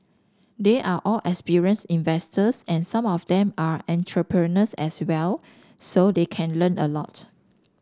they are all experienced investors and some of them are entrepreneurs as well so they can learn a lot